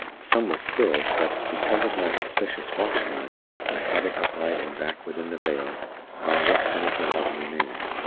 some was spilled but, because of my suspicious watchfulness, i had it upright and back within the vale while yet some of the water remained.